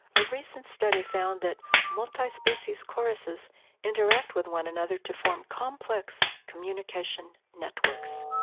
a recent study found that multi-species choruses interact with one another to form complex communication networks.